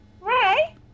Ray